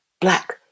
black